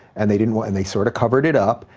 and they didn't want, and they sort of covered it up,